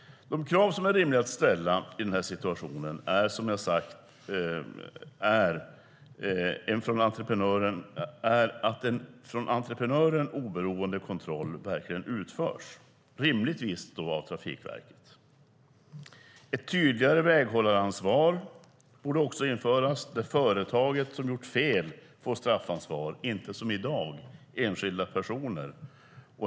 De krav som är rimliga att ställa i denna situation är att en från entreprenören oberoende kontroll verkligen utförs, rimligtvis av Trafikverket. Ett tydligare väghållaransvar borde också införas, där företaget som gjort fel får straffansvar, och inte som i dag enskilda personer.